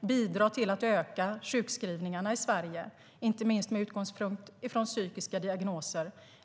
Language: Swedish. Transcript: bidrar till att sjukskrivningarna i Sverige ökar med utgångspunkt inte minst i psykiska diagnoser.